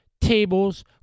tables